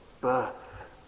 birth